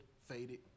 Faded